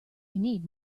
need